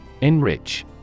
Enrich